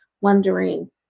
wondering